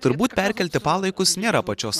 turbūt perkelti palaikus nėra pačios